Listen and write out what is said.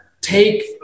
take